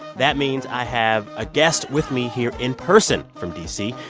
that means i have a guest with me here in person from d c,